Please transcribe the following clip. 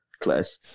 class